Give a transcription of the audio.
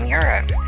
Europe